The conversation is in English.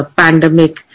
pandemic